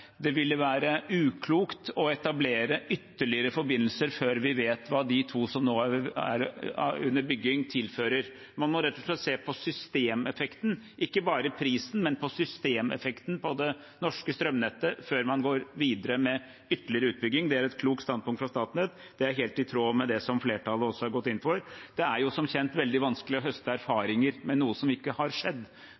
det ville være uklokt å etablere ytterligere forbindelser før vi vet hva de to som nå er under bygging, tilfører. Man må rett og slett se på systemeffekten, ikke bare prisen, men på systemeffekten i det norske strømnettet, før man går videre med ytterligere utbygging. Det er et klokt standpunkt fra Statnett. Det er også helt i tråd med det flertallet har gått inn for. Det er som kjent veldig vanskelig å høste